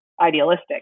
idealistic